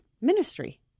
ministry